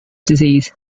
disease